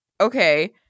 okay